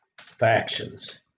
factions